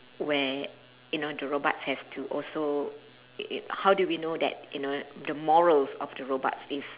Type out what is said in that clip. where you know the robots has to also how do we know that you know the morals of the robots is